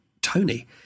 Tony